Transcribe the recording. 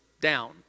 down